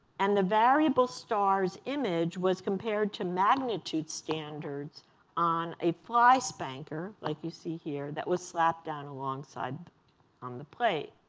and the variable star's image was compared to magnitude standards on a fly spanker like you see here that was slapped down alongside on the plate.